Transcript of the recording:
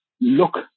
look